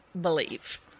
believe